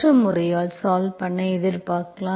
மற்ற முறையால் சால்வ் பண்ண எதிர்பார்க்கலாம்